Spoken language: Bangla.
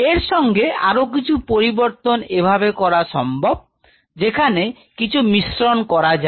এর সঙ্গে আরও কিছু পরিবর্তন এভাবে করা সম্ভব যেখানে কিছু মিশ্রন করা যায়